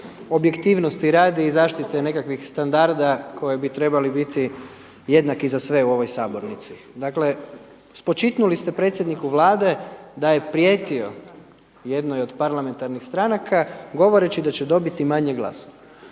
objektivnosti radi i zaštite nekakvih standarda koji bi trebali biti jednaki za sve u ovoj sabornici. Dakle spočitnuli ste predsjedniku Vlade da je prijetio jednoj od parlamentarnih stranka govoreći da će dobiti manje glasova.